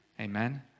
Amen